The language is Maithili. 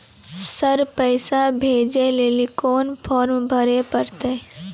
सर पैसा भेजै लेली कोन फॉर्म भरे परतै?